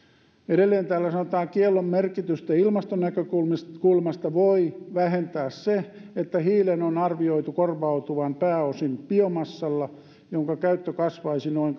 edelleen täällä sanotaan kiellon merkitystä ilmastonäkökulmasta voi vähentää se että hiilen on arvioitu korvautuvan pääosin biomassalla jonka käyttö kasvaisi noin